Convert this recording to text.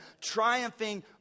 triumphing